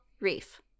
reef